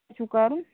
چھُو کرُن